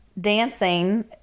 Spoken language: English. dancing